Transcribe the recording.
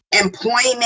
employment